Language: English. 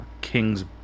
king's